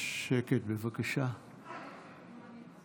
הראשונים שהייתה לי זכות לפגוש כשבאתי למפלגת העבודה היה נואף